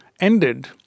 ended